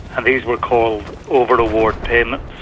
and these were called over-award payments,